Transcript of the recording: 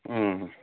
ꯎꯝ